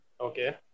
Okay